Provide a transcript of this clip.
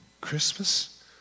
Christmas